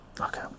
okay